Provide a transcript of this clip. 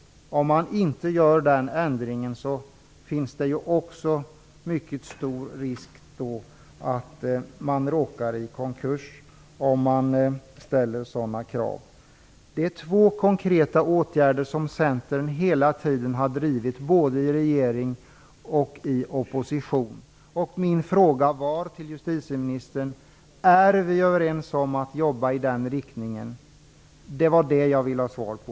Om man inte gör den ändringen finns det mycket stor risk för att företag råkar i konkurs, om det ställs sådana krav. Detta är två konkreta förslag som Centern hela tiden har drivit, både i regeringsställning och i opposition. Min fråga till justitieministern var: Är vi överens om att vi skall jobba i den här riktningen? Det var den frågan som jag ville ha svar på.